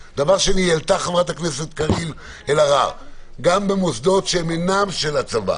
העלתה חברת הכנסת קארין אלהרר שגם במוסדות שהם אינם של הצבא,